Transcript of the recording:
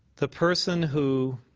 the person who